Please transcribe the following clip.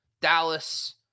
Dallas